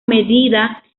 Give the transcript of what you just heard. medida